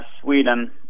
Sweden